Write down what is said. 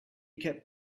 kept